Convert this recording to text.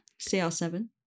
CR7